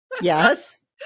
Yes